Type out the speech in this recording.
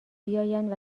بیایند